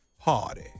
party